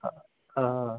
ആ ആ ആ ആ